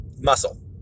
muscle